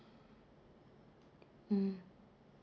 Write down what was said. mm